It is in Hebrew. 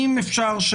אם אפשר,